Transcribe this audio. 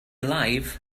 alive